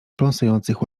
pląsających